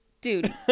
Dude